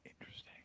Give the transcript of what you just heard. Interesting